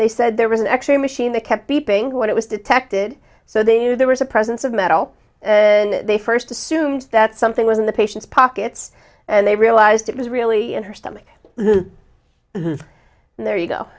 they said there was an x ray machine they kept beeping what it was detected so they were there was a presence of metal and they first assumed that something was in the patient's pockets and they realized it was really in her stomach and there you